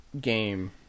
game